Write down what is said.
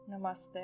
namaste